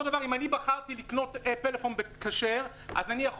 אותו דבר אם אני בחרתי טלפון כשר אני יכול